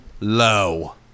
Low